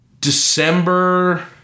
December